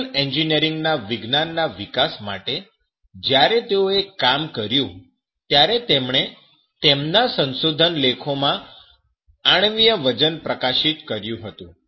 chemical engineering ના વિજ્ઞાનના વિકાસ માટે જયારે તેઓએ કામ કર્યું ત્યારે તેમણે તેમના સંશોધન લેખોમાં આણ્વીય વજન પ્રકાશિત કર્યું હતું